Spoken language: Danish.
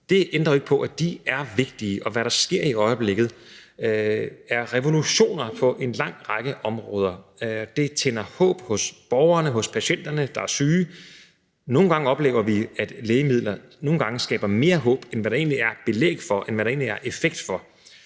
nye innovative lægemidler er vigtige, og hvad der sker i øjeblikket, er revolutioner på en lang række områder. Det tænder håb hos borgerne og hos patienterne, der er syge. Nogle gange oplever vi, at lægemidler skaber mere håb, end hvad der egentlig er belæg for, og hvad der egentlig er effekt for,